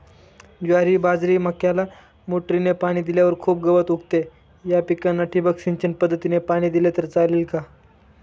ज्वारी, बाजरी, मक्याला मोटरीने पाणी दिल्यावर खूप गवत उगवते, या पिकांना ठिबक सिंचन पद्धतीने पाणी दिले तर चालेल का?